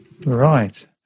Right